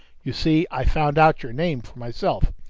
you see i found out your name for myself!